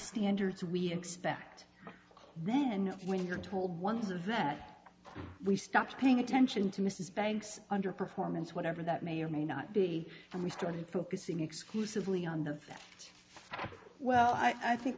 standards we expect then when you're told once of that we stopped paying attention to mrs banks under performance whatever that may or may not be and we started focusing exclusively on the well i think